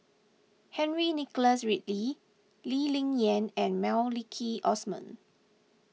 Henry Nicholas Ridley Lee Ling Yen and Maliki Osman